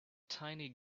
tiny